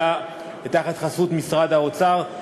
היה תחת חסות משרד האוצר.